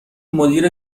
مدیر